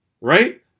right